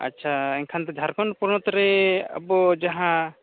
ᱟᱪᱪᱷᱟ ᱮᱱᱠᱷᱟᱱᱫᱚ ᱡᱷᱟᱲᱠᱷᱚᱸᱰ ᱯᱚᱱᱚᱛᱨᱮ ᱟᱵᱚ ᱡᱟᱦᱟᱸ